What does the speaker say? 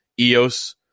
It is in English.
EOS